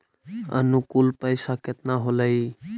अनुकुल पैसा केतना होलय